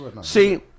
See